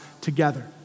together